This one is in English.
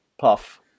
Puff